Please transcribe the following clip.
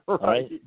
right